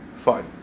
fine